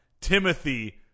Timothy